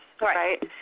right